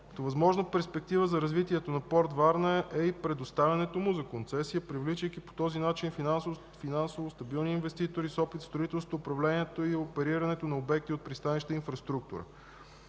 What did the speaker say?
възможна перспектива за развитието на „Порт Варна” е и предоставянето му на концесия, привличайки по този начин финансово стабилни инвеститори с опит в строителството, управлението и оперирането на обекти от пристанищната инфраструктура.